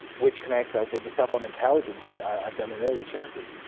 which connects ah with the stuff on intelligence i've done in early chapters.